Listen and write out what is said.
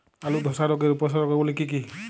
আলুর ধসা রোগের উপসর্গগুলি কি কি?